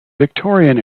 victorian